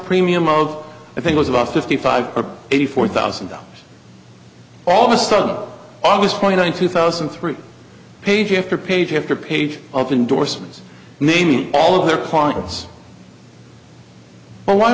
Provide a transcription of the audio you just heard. premium of i think was about fifty five or eighty four thousand dollars all of a sudden august twenty ninth two thousand and three page after page after page of endorsements naming all of their clients